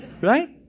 Right